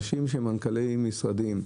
אנשים שהם מנכ"לי משרדים,